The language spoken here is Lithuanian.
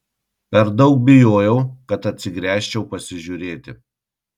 per daug bijojau kad atsigręžčiau pasižiūrėti